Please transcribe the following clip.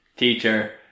teacher